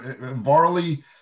varley